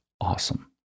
awesome